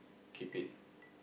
keep it